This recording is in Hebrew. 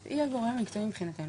היא הגורם המקצועי מבחינתכם.